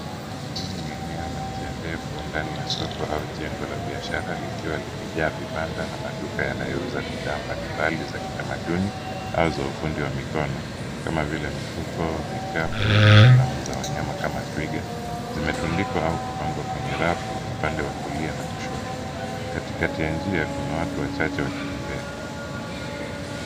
Hili ni eneo lenye njia ndefu ndani ya soko au jengo la biashara, likiwa limejaa vibanda na maduka yanayouza bidhaa mbalimbali za kitamaduni, au za ufundi wa mikono kama vile mifuko, vikapu na sanamu za wanyama kama twiga. Zimetundikwa au kupangwa kwenye rafu upande wa kulia na kushoto. Katikati ya njia kuna watu wakitembea.